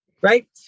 right